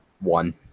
one